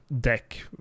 deck